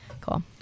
Cool